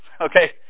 okay